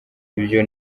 ibyo